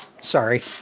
sorry